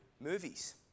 movies